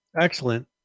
excellent